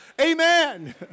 Amen